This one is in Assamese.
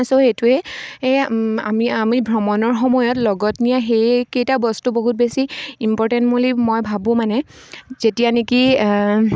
ছ' সেইটোৱে আমি আমি ভ্ৰমণৰ সময়ত লগত নিয়া সেইকেইটা বস্তু বহুত বেছি ইম্পৰ্টেণ্ট বুলি মই ভাবোঁ মানে যেতিয়া নেকি